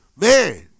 man